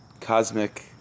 cosmic